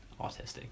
autistic